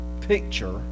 picture